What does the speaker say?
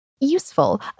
Useful